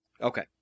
Okay